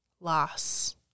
Loss